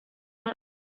mal